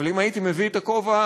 אבל אם הייתי מביא את הכובע,